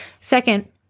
Second